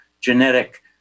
genetic